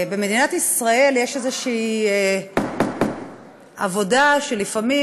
במדינת ישראל יש איזושהי עבודה שלפעמים